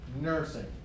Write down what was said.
Nursing